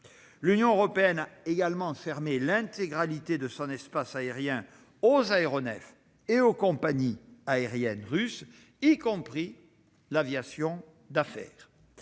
L'Union européenne a également fermé l'intégralité de son espace aérien aux aéronefs et aux compagnies aériennes russes, y compris l'aviation d'affaires.